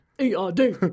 E-R-D